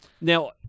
Now